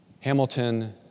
Hamilton